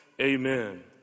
amen